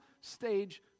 stage